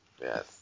yes